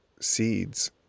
seeds